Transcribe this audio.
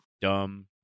Dumb